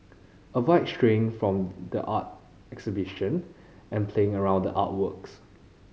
avoid straying from the art exhibition and playing around the artworks